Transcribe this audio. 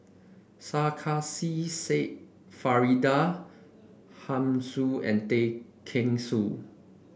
Sarkasi Said Faridah Hanum Soon and Tay Kheng Soon